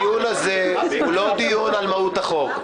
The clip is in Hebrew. אני רוצה להזכיר שהדיון הוא לא דיון על מהות החוק,